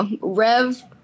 Rev